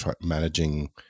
managing